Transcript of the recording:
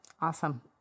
awesome